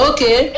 Okay